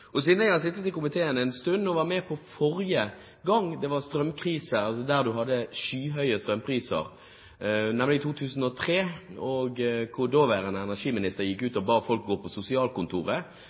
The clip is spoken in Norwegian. var med forrige gang det var strømkrise, der du hadde skyhøye strømpriser, nemlig i 2003. Daværende energiminister gikk ut og ba folk gå på sosialkontoret